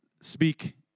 speak